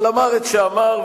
אבל אמר את שאמר,